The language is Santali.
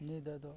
ᱱᱤᱭᱟᱹ ᱫᱚ ᱟᱫᱚ